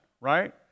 right